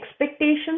expectations